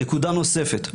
נקודה נוספת,